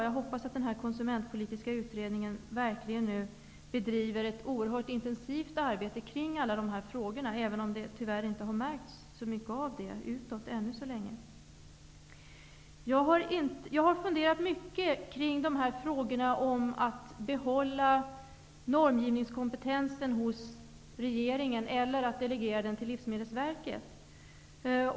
Jag hoppas att den konsumentpolitiska utredningen verkligen bedriver ett oerhört intensivt arbete kring alla de här frågorna, även om det ännu så länge tyvärr inte har märkts så mycket av detta arbete utåt. Jag har funderat mycket kring frågan om normgivningskompetensen skall behållas hos regeringen eller om den skall delegeras till Livsmedelsverket.